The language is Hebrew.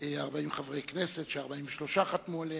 40 חברי כנסת, ש-43 חתמו עליה,